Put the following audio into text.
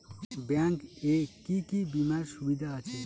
Bank এ কি কী বীমার সুবিধা আছে?